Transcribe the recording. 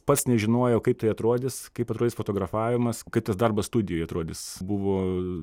pats nežinojo kaip tai atrodys kaip atrodys fotografavimas kaip tas darbas studijoj atrodys buvo